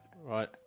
Right